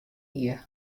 hie